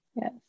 Yes